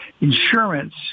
insurance